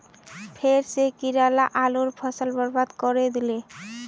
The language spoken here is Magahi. फेर स कीरा ला आलूर फसल बर्बाद करे दिले